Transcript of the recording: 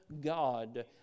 God